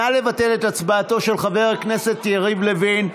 נא לבטל את הצבעתו של חבר הכנסת יריב לוין.